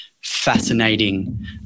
fascinating